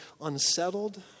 unsettled